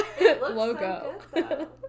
logo